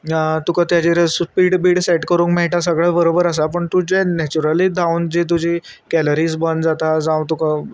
तुका तेजेर स्पीड बीड सेट करूंक मेळटा सगळें बरोबर आसा पूण तुजें नॅचुरली धांवन जे तुजी कॅलरीज बर्न जाता जावं तुका